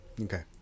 Okay